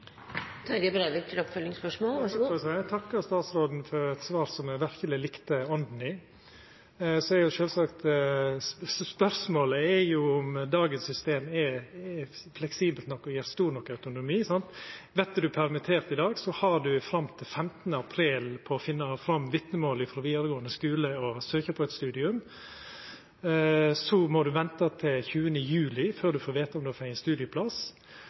Eg takkar statsråden for eit svar som eg verkeleg likte ånda i. Så er sjølvsagt spørsmålet om dagens system er fleksibelt nok og gjev stor nok autonomi. Vert ein permittert i dag, har ein tid fram til 15. april på å finna fram vitnemål frå vidaregåande skule og søkja på eit studium. Så må ein venta til 20. juli før ein får vita om ein får studieplass, og ein